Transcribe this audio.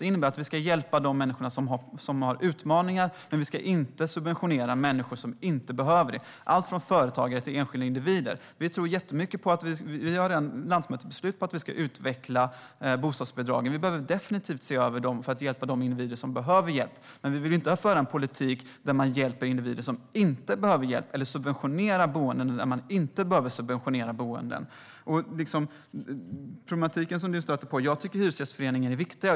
Det innebär att vi ska hjälpa de människor som har utmaningar men inte subventionera människor som inte behöver det - allt från företagare till enskilda individer. Vi har ett landsmötesbeslut om att vi ska utveckla bostadsbidragen. Vi behöver definitivt se över dem för att hjälpa de individer som behöver det, men vi vill inte föra en politik där man hjälper individer som inte behöver det eller subventionerar boenden där det inte behövs. När det gäller den problematik som du stöter på tycker jag att Hyresgästföreningen är viktig.